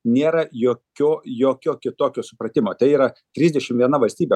nėra jokio jokio kitokio supratimo tai yra trisdešim viena valstybė